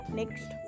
next